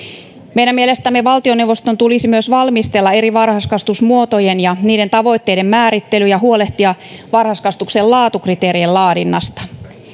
meidän mielestämme valtioneuvoston tulisi myös valmistella eri varhaiskasvatusmuotojen ja niiden tavoitteiden määrittely ja huolehtia varhaiskasvatuksen laatukriteerien laadinnasta